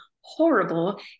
horrible